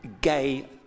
gay